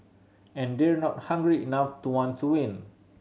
and they're not hungry enough to want to win